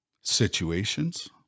situations